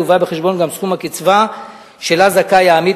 יובא בחשבון גם סכום הקצבה שלה זכאי העמית